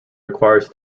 requires